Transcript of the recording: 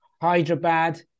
Hyderabad